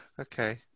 Okay